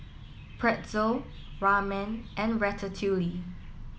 Pretzel Ramen and Ratatouille